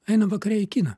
einam vakare į kiną